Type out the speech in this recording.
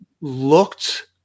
looked